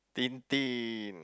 Tintin